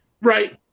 Right